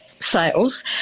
sales